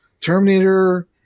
Terminator